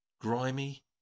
grimy